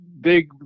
big